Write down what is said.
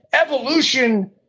evolution